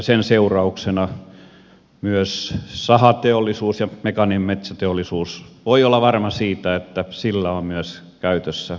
sen seurauksena myös sahateollisuus ja mekaaninen metsäteollisuus voivat olla varmoja siitä että niillä on käytössä puuta